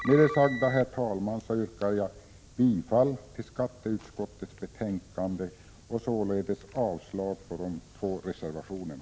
Med det sagda, herr talman, yrkar jag bifall till hemställan i skatteutskottets betänkande och avslag på de två reservationerna.